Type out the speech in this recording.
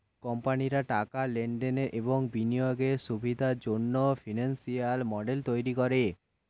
কোম্পানিরা টাকার লেনদেনের এবং বিনিয়োগের সুবিধার জন্যে ফিনান্সিয়াল মডেল তৈরী করে